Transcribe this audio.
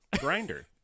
grinder